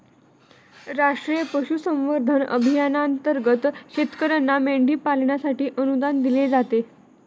राष्ट्रीय पशुसंवर्धन अभियानांतर्गत शेतकर्यांना मेंढी पालनासाठी अनुदान दिले जाते